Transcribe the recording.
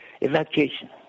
evacuation